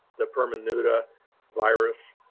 the perma nuda virus,